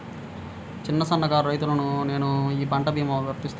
చిన్న సన్న కారు రైతును నేను ఈ పంట భీమా వర్తిస్తుంది?